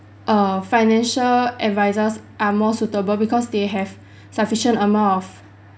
err financial advisors are more suitable because they have sufficient amount of